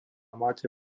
máte